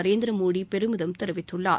நரேந்திரமோடி பெருமிதம் தெரிவித்துள்ளார்